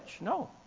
No